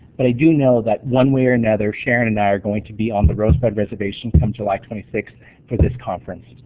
but i do know, that one way or another, sharon and i are going to be on the rosebud reservation come july twenty six for this conference.